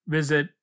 visit